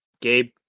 Gabe